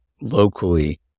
locally